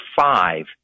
five